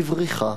בבריחה,